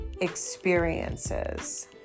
experiences